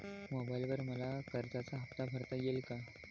मोबाइलवर मला कर्जाचा हफ्ता भरता येईल का?